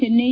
Chennai